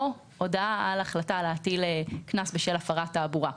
או הודעה על החלטה להטיל קנס בשל הפרת תעבורה.